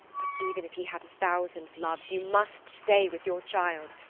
but even if he had a thousand loves, you must stay with your child.